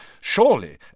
Surely